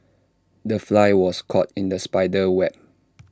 the fly was caught in the spider's web